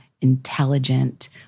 intelligent